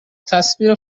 تصویر